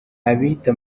abita